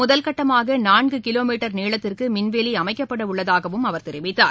முதல்கட்டமாக நான்கு கிலோமீட்டர் நீளத்திற்கு மின்வேலி அமைக்கப்பட உள்ளதாகவும் அவர் தெரிவித்தார்